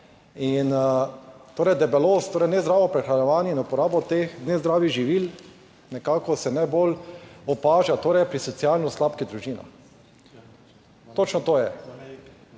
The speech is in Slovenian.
In, torej debelost, torej nezdravo prehranjevanje in uporabo teh nezdravih živil, nekako se najbolj opaža torej pri socialno sladkih(?) družinah. Točno to je.